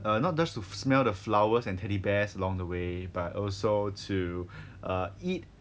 err not just to smell the flowers and teddy bears along the way but also to eat